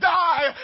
die